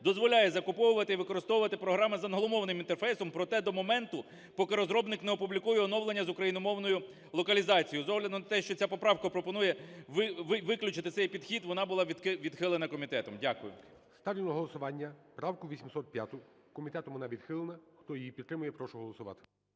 дозволяє закуповувати і використовувати програми з англомовним інтерфейсом, проте до моменту, поки розробник не опублікує оновлення з україномовною локалізацією. З огляду на те, що ця поправка пропонує виключити цей підхід, вона була відхилена комітетом. Дякую. ГОЛОВУЮЧИЙ. Ставлю на голосування правку 805. Комітетом вона відхилена. Хто її підтримує, прошу голосувати.